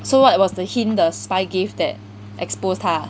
so what was the hint the spy gave that exposed 他